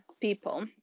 people